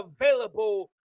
available